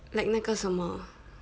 like 那个什么